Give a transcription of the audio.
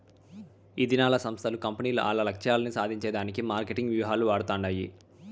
ఈదినాల్ల సంస్థలు, కంపెనీలు ఆల్ల లక్ష్యాలు సాధించే దానికి మార్కెటింగ్ వ్యూహాలు వాడతండాయి